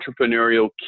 entrepreneurial